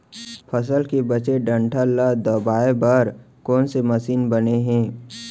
फसल के बचे डंठल ल दबाये बर कोन से मशीन बने हे?